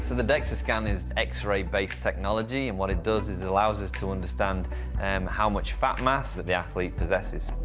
the dexa scan is x-ray based technology and what it does is allows us to understand how much fat mass the the athlete possesses.